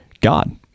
god